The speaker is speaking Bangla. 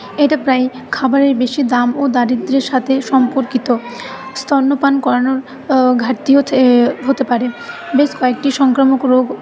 এটা প্রায়ই খাবারের বেশী দাম ও দারিদ্রের সাথে সম্পর্কিত স্তন্যপান করানোর ঘাটতিও হতে পারে বেশ কয়েকটি সংক্রামক রোগ